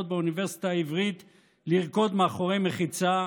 באוניברסיטה העברית לרקוד מאחורי מחיצה,